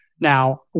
Now